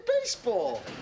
baseball